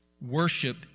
Worship